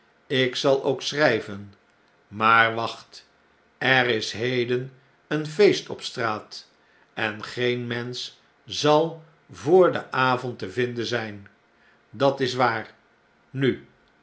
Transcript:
ik zal ook schrh'ven maar wacht er is heden een feest op straat en geen mensch zal voor den avond te vinden zp dat is waar nu